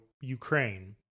Ukraine